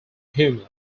humor